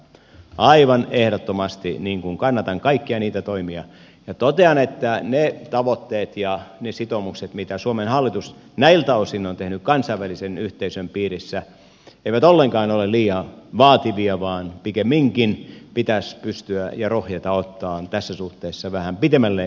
aivan ehdottomasti kannatan kaikkia niitä toimia ja totean että ne tavoitteet ja ne sitoumukset mitä suomen hallitus näiltä osin on tehnyt kansainvälisen yhteisön piirissä eivät ollenkaan ole liian vaativia vaan pikemminkin pitäisi pystyä ja rohjeta ottaa tässä suhteessa vähän pitemmälle meneviä askeleita